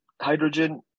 hydrogen